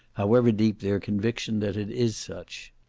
however deep their conviction that it is such.